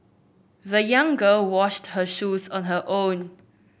the young girl washed her shoes on her own